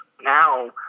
now